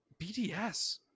bds